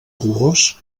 colors